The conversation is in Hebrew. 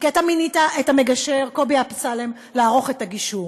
כי אתה מינית את המגשר קובי אמסלם לערוך את הגישור.